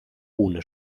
ohne